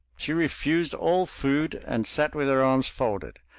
she refused all food and sat with her arms folded,